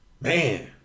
Man